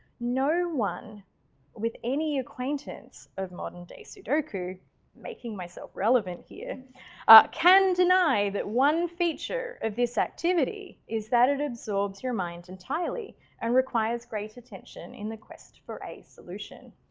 no one with any acquaintance of modern day sudoku making myself relevant here can deny that one feature of this activity is that it absorbs your mind entirely and requires great attention in the quest for a solution.